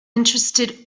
interested